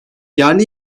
yerli